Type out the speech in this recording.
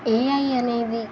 AI అనేది